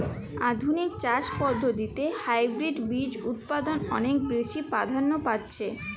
আধুনিক চাষ পদ্ধতিতে হাইব্রিড বীজ উৎপাদন অনেক বেশী প্রাধান্য পাচ্ছে